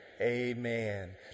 amen